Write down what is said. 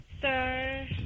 Sir